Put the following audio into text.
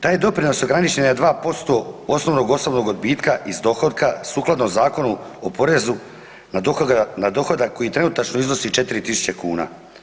Taj doprinos ograničen je na 2% osnovnog osobnog odbitka iz dohotka sukladno Zakonu o porezu na dohodak koji trenutačno iznosi 4.000 kuna.